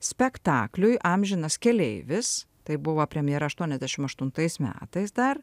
spektakliui amžinas keleivis tai buvo premjera aštuoniasdešim aštuntais metais dar